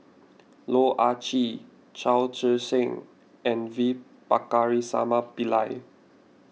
Loh Ah Chee Chao Tzee Cheng and V Pakirisamy Pillai